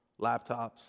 laptops